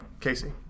Casey